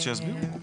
שיסבירו.